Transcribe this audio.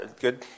good